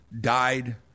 died